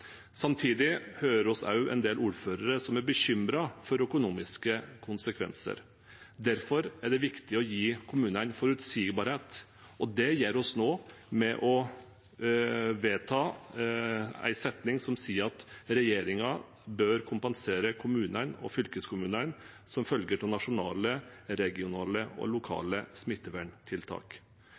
Samtidig hører vi også en del ordførere som er bekymret for økonomiske konsekvenser. Derfor er det viktig å gi kommunene forutsigbarhet, og det gjør vi nå ved å vedta en setning som sier: «Stortinget ber regjeringen kompensere kommunene og fylkeskommunene for merutgifter og mindreinntekter som følge av nasjonale, regionale og lokale smitteverntiltak.»